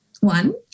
one